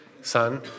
Son